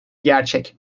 gerçek